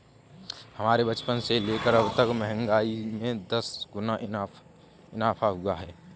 हमारे बचपन से लेकर अबतक महंगाई में दस गुना इजाफा हुआ है